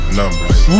numbers